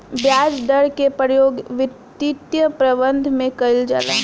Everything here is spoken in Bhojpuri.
ब्याज दर के प्रयोग वित्तीय प्रबंधन में कईल जाला